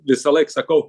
visąlaik sakau